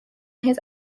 his